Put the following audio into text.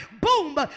boom